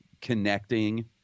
connecting